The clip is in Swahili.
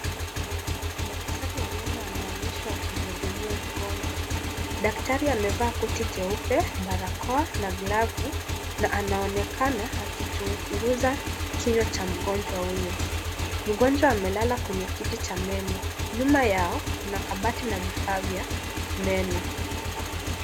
Dakatari wa meno anaonyeshwa akimhudumia mgojwa. Daktari amevaa koti jeupe, barakoa na glavu na anaonekana akichunguza kinywa cha mgonjwa huyo. Mgonjwa amelala kwenye kiti cha meno. Nyuma yao kuna kabati na vifaa vya meno.